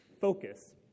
focus